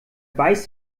beißt